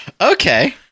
Okay